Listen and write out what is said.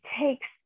takes